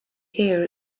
here